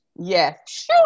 Yes